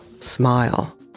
smile